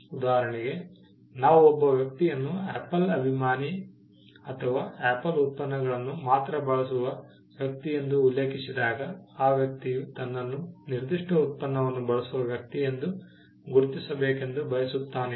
ಉದಾಹರಣೆಗೆ ನಾವು ಒಬ್ಬ ವ್ಯಕ್ತಿಯನ್ನು ಆಪಲ್ ಅಭಿಮಾನಿ ಅಥವಾ ಆಪಲ್ ಉತ್ಪನ್ನಗಳನ್ನು ಮಾತ್ರ ಬಳಸುವ ವ್ಯಕ್ತಿ ಎಂದು ಉಲ್ಲೇಖಿಸಿದಾಗ ಆ ವ್ಯಕ್ತಿಯು ತನ್ನನ್ನು ನಿರ್ದಿಷ್ಟ ಉತ್ಪನ್ನವನ್ನು ಬಳಸುವ ವ್ಯಕ್ತಿ ಎಂದು ಗುರುತಿಸಬೇಕೆಂದು ಬಯಸುತ್ತಾನೆ